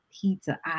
Pizza